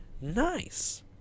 nice